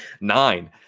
nine